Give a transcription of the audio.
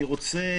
אני רוצה